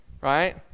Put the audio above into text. right